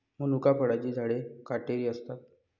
मनुका फळांची झाडे काटेरी असतात